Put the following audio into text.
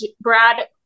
Brad